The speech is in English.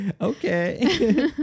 okay